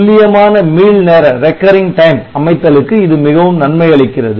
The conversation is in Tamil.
துல்லியமான மீள்நேர அமைத்தலுக்கு இது மிகவும் நன்மை அளிக்கிறது